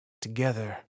Together